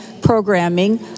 programming